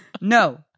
No